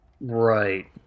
Right